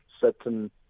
certain